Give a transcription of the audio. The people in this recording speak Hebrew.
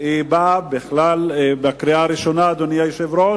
באה בכלל בקריאה הראשונה, אדוני היושב-ראש,